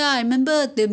ya